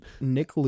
Nick